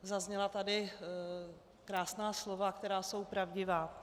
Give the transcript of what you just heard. Zazněla tady krásná slova, která jsou pravdivá.